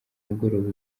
mugoroba